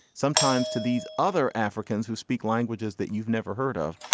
sometimes to these other africans who speak languages that you've never heard of.